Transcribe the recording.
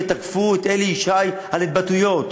ותקפו את אלי ישי על התבטאויות,